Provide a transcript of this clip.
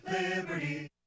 Liberty